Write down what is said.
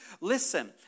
Listen